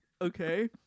okay